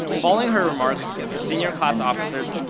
following her remarks, the senior class officers,